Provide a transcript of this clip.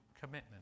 commitment